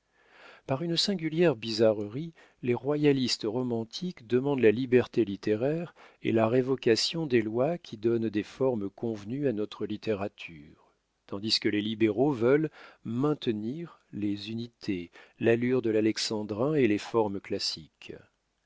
par une singulière bizarrerie les royalistes romantiques demandent la liberté littéraire et la révocation des lois qui donnent des formes convenues à notre littérature tandis que les libéraux veulent maintenir les unités l'allure de l'alexandrin et les formes classiques